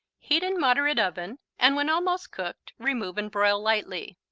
heat in moderate oven, and when almost cooked remove and broil lightly.